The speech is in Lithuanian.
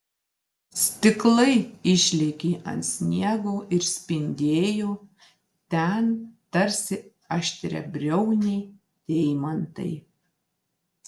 stiklai išlėkė ant sniego ir spindėjo ten tarsi aštriabriauniai deimantai